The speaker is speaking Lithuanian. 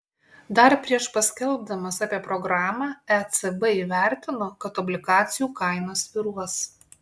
dar prieš paskelbdamas apie programą ecb įvertino kad obligacijų kainos svyruos